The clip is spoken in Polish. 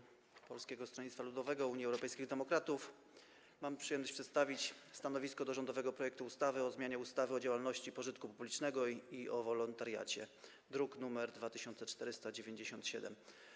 W imieniu klubu Polskiego Stronnictwa Ludowego - Unii Europejskich Demokratów mam przyjemność przedstawić stanowisko odnośnie do rządowego projektu ustawy o zmianie ustawy o działalności pożytku publicznego i o wolontariacie, druk nr 2497.